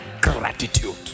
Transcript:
Gratitude